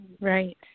right